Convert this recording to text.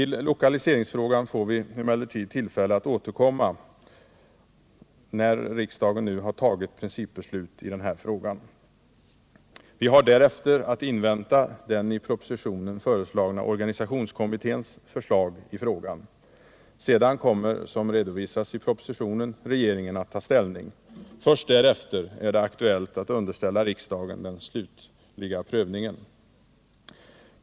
Till lokaliseringsfrågan får vi emellertid tillfälle att återkomma sedan riksdagen tagit principbeslutet. Vi har därefter att invänta den i propositionen föreslagna organisationskommitténs förslag i frågan. Sedan kommer — som redovisas i propositionen — regeringen att ta ställning. Först därefter är det aktuellt för riksdagen att fatta det slutliga avgörandet.